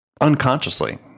unconsciously